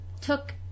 took